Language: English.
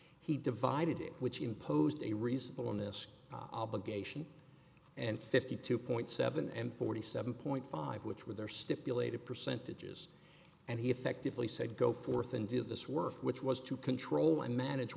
he divided it which imposed a reasonable on this obligation and fifty two point seven m forty seven point five which were there stipulated percentages and he effectively said go forth and do this work which was to control and manage